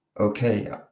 okay